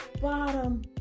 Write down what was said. Bottom